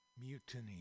Mutiny